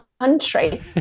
country